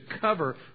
cover